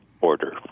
order